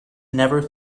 never